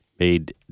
made